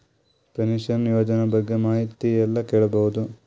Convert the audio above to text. Pension ಯೋಜನ ಬಗ್ಗೆ ಮಾಹಿತಿ ಎಲ್ಲ ಕೇಳಬಹುದು?